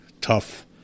tough